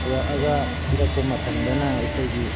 ꯄꯨꯔꯛꯑꯒ ꯄꯤꯔꯛꯄ ꯃꯇꯃꯗꯅ ꯑꯩꯈꯣꯏꯒꯤ